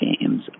games